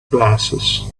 glasses